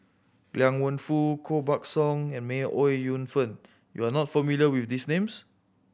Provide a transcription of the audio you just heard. Liang Wenfu Koh Buck Song and May Ooi Yu Fen you are not familiar with these names